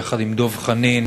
יחד עם דב חנין,